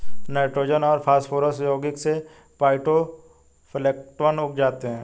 nitrogen और phosphorus यौगिक से फाइटोप्लैंक्टन उग जाते है